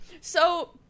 so-